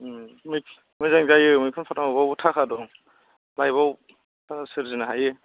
मोजां जायो मैखुनफोरावबो थाखा दं लाइफआव थाखा सोरजिनो हायो